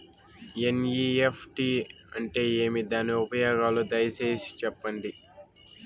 NEFT అంటే ఏమి? దాని ఉపయోగాలు దయసేసి సెప్పండి?